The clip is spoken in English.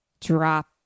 drop